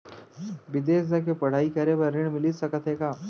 बिदेस जाके पढ़ई करे बर ऋण मिलिस सकत हे का?